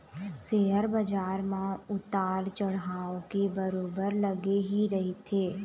share बजार म उतार चढ़ाव ह बरोबर लगे ही रहिथे